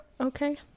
okay